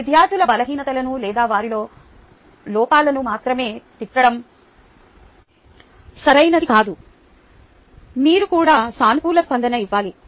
విద్యార్థుల బలహీనతలను లేదా వారి లోపాలను మాత్రమే తిట్టడం సరైనది కాదు మీరు కూడా సానుకూల స్పందన ఇవ్వాలి